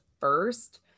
first